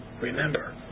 Remember